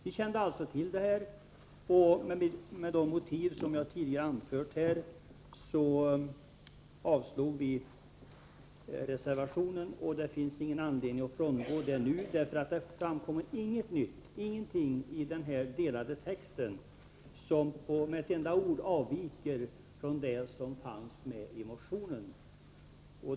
Vi kände alltså till allt detta, och med de motiv som jag tidigare anfört här, avstyrkte vi motionen. Det finns ingen anledning att nu frångå det ställningstagandet. Det har i det utdelade särskilda yrkandet inte framkommit någonting nytt eller någonting som med ett enda ord avviker från det som fanns med i motionen.